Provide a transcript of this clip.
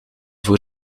voor